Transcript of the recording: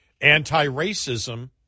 Anti-racism